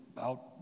out